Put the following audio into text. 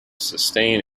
sustain